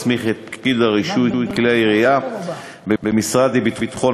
מסמיך את פקיד רישוי כלי הירייה במשרד לביטחון